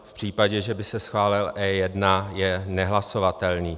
V případě, že by se schválil E1, je nehlasovatelný.